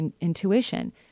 intuition